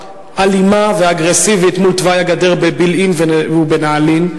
אלימה ואגרסיבית מול תוואי הגדר בבילעין ובנעלין.